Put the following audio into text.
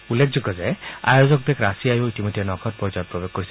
উল্লেখযোগ্য যে আয়োজক দেশ ৰাছিয়ায়ো ইতিমধ্যে নকআউট পৰ্যায়ত প্ৰৱেশ কৰিছে